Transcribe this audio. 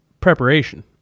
preparation